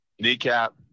kneecap